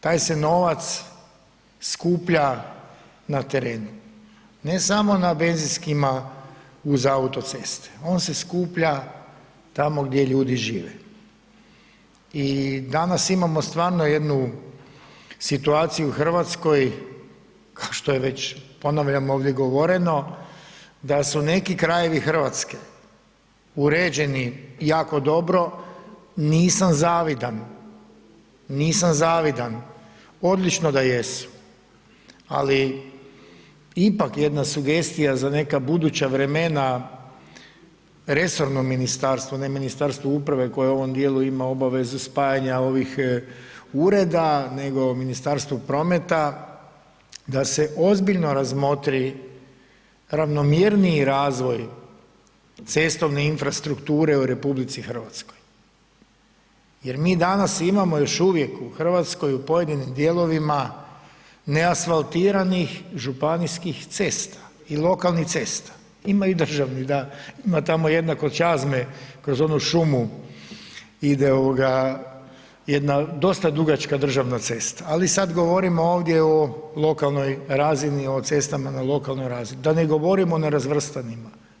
Taj se novac skuplja na terenu ne samo na benzinskima uz autocestu, on se skuplja tamo gdje ljudi žive i danas imamo stvarno jednu situaciju u Hrvatskoj a što je ponavljam ovdje govoreno, da su neki krajevi Hrvatske uređeni jako dobro, nisam zavidan, nisam zavidan, odlično da jesu ali ipak jedna sugestija za neka buduća vremena, resorno ministarstvo, ne Ministarstvo uprave koje u ovom djelu ima obavezu spajanja ovih ureda, nego Ministarstvo prometa da se ozbiljno razmotri ravnomjerniji razvoj cestovne infrastrukture u RH jer mi danas imamo još uvijek u Hrvatskoj, u pojedinim dijelovima neasfaltiranih županijskih cesta i lokalnih cesta, ima i državnih, da, ima tamo jedna kod Čazme, kroz onu šumu ide jedna dosta dugačka državna cesta ali sad govorimo ovdje o lokalnoj razini, o cestama na lokalnoj razini, da ne govorimo o nerazvrstanim.